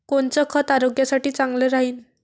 कोनचं खत आरोग्यासाठी चांगलं राहीन?